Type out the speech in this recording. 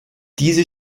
diese